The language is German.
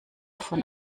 von